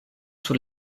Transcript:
sur